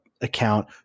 account